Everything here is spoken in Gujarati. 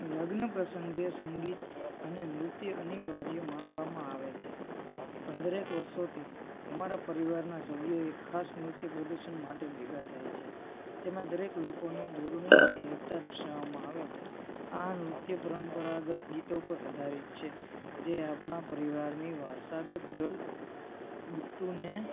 લગ્ન પ્રસંગે સંગીત અને નૃત્ય અનિવાર્ય માનવામાં આવે છે પંદરેક વર્ષોથી અમારા પરિવારના સભ્યોએ ખાસ નૃત્ય પ્રદર્શન માટે ભેગા થાય છે જેમાં દરેક લોકોની જોડણી અને એકતા દર્શાવામાં આવે છે આ નૃત્ય પરંપરાગત ગીતો પર આધારિત છે જે આપણા પરિવારની વારસાગત જોડ ટુને